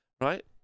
right